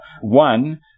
One